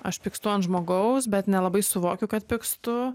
aš pykstu ant žmogaus bet nelabai suvokiu kad pykstu